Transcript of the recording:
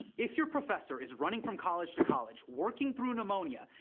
if your professor is running from college to college, working through pneumonia,